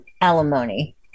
alimony